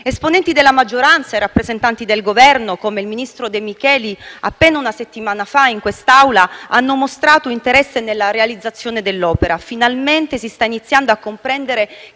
Esponenti della maggioranza e rappresentanti del Governo, come il ministro De Micheli, appena una settimana fa in quest'Aula hanno mostrato interesse nella realizzazione dell'opera. Finalmente si sta iniziando a comprendere